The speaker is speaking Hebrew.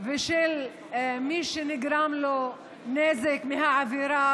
של מי שנגרם לו נזק מהעבירה,